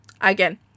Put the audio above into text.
Again